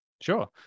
Sure